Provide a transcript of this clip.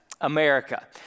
America